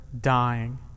dying